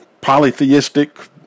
polytheistic